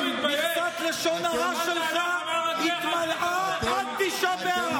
מכסת לשון הרע התמלאה עד תשעה באב.